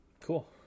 cool